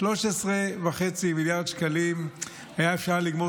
ב-13.5 מיליארד שקלים היה אפשר לגמור